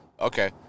Okay